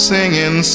Singing